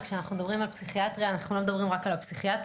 כשאנחנו מדברים על פסיכיאטריה אנחנו לא מדברים רק על הפסיכיאטריה,